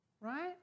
right